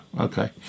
okay